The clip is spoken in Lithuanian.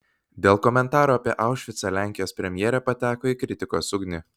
dėl komentarų apie aušvicą lenkijos premjerė pateko į kritikos ugnį